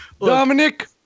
dominic